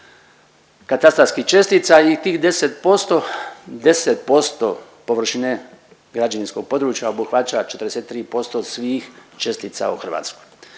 katastarskih čestica i tih 10% površine građevinskog područja obuhvaća 43% svih čestica u Hrvatskoj.